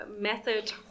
method